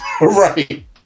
Right